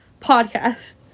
podcast